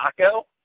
taco